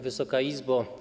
Wysoka Izbo!